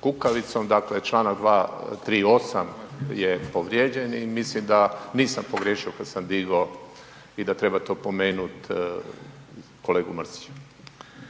kukavicom, dakle članak 238. je povrijeđen i mislim da nisam pogriješio kada sam digo i da trebate opomenuti kolegu Mrsića.